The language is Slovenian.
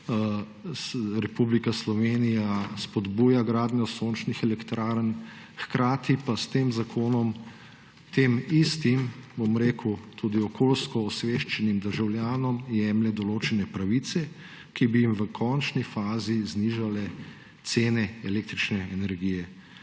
Republika Slovenija spodbuja gradnjo sončnih elektrarn, hkrati pa s tem zakonom tem istim, tudi okoljsko osveščenim državljanom, jemlje določene pravice, ki bi jim v končni fazi znižale cene električne energije.